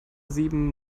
sieben